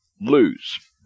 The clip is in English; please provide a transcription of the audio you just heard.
lose